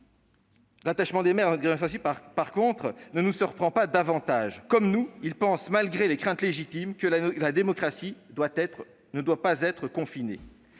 L'attachement des maires à notre démocratie ne nous surprend pas davantage : comme nous, ils pensent que, malgré les craintes légitimes, la démocratie ne doit pas être confinée.